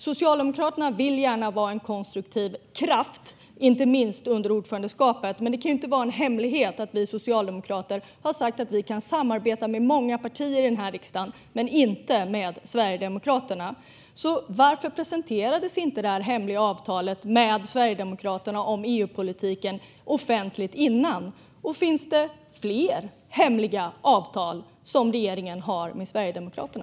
Socialdemokraterna vill gärna vara en konstruktiv kraft, inte minst under ordförandeskapet, men det kan inte vara en hemlighet att vi socialdemokrater har sagt att vi kan samarbeta med många partier i den här riksdagen men inte med Sverigedemokraterna. Varför presenterades inte det här hemliga avtalet med Sverigedemokraterna om EU-politiken offentligt tidigare? Och finns det fler hemliga avtal som regeringen har med Sverigedemokraterna?